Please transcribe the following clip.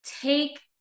take